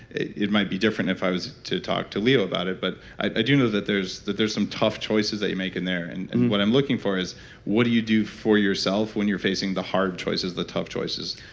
it it might be different if i was to talk to leo about it but i do know that there's that there's some tough choices that you make in there and and what i'm looking for is what do you do for yourself when you're facing the hard choices, the tough choices.